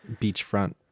beachfront